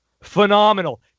Phenomenal